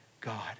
God